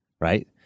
right